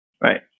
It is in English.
Right